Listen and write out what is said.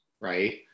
Right